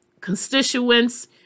constituents